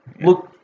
look